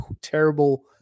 terrible